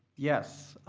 yes,